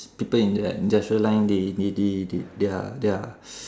people in the industrial line they they they they their their